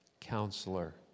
Counselor